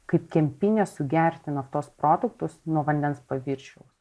kaip kempinė sugerti naftos produktus nuo vandens paviršiaus